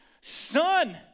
son